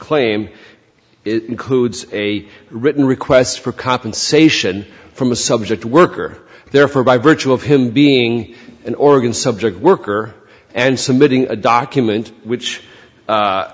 claim it includes a written request for compensation from a subject worker therefore by virtue of him being an organ subject worker and submitting a document which